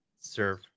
serve